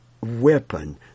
weapon